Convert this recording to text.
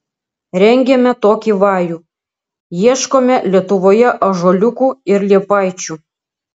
rengėme tokį vajų ieškome lietuvoje ąžuoliukų ir liepaičių